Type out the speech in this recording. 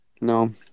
no